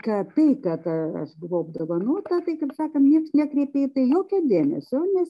kad tai kad aš buvau apdovanota tai kaip sakant nieks nekreipė jokio dėmesio nes